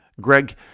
Greg